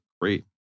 great